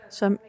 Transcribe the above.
som